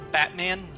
Batman